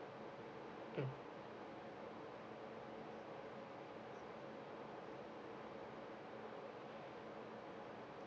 mm